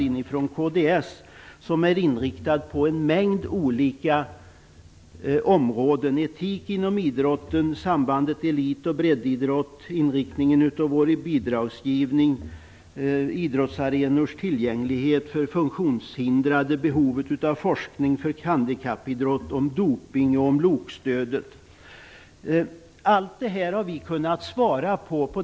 Motionen är inriktad på en mängd olika områden: etik inom idrotten, sambandet mellan elit och breddidrott, inriktning av bidragsgivning, idrottsarenors tillgänglighet för funktionshindrade, behovet av forskning om handikappidrott, dopning, LOK-stödet.